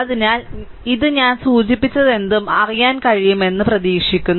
അതിനാൽ ഇത് ഞാൻ സൂചിപ്പിച്ചതെന്തും അറിയാൻ കഴിയുമെന്ന് ഞാൻ പ്രതീക്ഷിക്കുന്നു